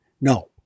No